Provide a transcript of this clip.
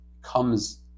comes